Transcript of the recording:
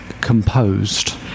composed